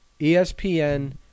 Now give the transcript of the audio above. ESPN